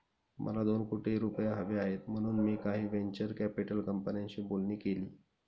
मला दोन कोटी रुपये हवे आहेत म्हणून मी काही व्हेंचर कॅपिटल कंपन्यांशी बोलणी केली